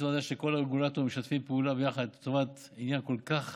עצם זה שכל הרגולטורים משתפים פעולה ביחד לטובת עניין כל כך